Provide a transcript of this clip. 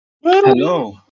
Hello